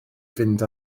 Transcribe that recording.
fynd